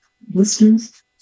blisters